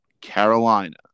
Carolina